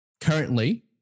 currently